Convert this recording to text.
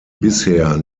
bisher